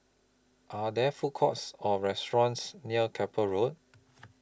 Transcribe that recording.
Are There Food Courts Or restaurants near Keppel Road